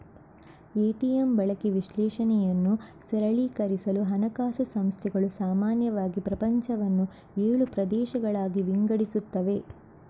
ATM ಬಳಕೆ ವಿಶ್ಲೇಷಣೆಯನ್ನು ಸರಳೀಕರಿಸಲು ಹಣಕಾಸು ಸಂಸ್ಥೆಗಳು ಸಾಮಾನ್ಯವಾಗಿ ಪ್ರಪಂಚವನ್ನು ಏಳು ಪ್ರದೇಶಗಳಾಗಿ ವಿಂಗಡಿಸುತ್ತವೆ